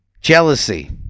jealousy